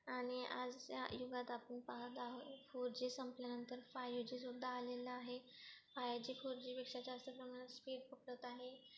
आणि आजच्या युगात आपण पाहत आहोत फोरजी संपल्यानंतर फाईव्हजीसुद्धा आलेला आहे फाईव्हजी फोरजीपेक्षा जास्त प्रमाणात स्पीड पकडत आहे